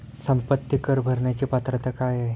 संपत्ती कर भरण्याची पात्रता काय आहे?